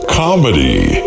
comedy